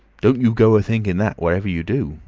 don't you go a-thinking that, whatever you do.